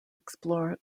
explore